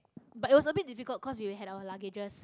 but also a bit difficult cause we had have our luggages